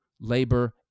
labor